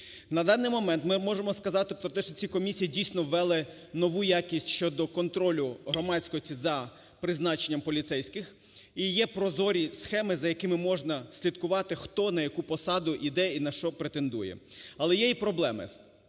На даний момент ми можемо сказати про те, що ці комісії дійсно ввели нову якість щодо контролю громадськості за призначенням поліцейських. І є прозорі схеми, за якими можна слідкувати, хто, на яку посаду йде і на що претендує. Але є і проблеми.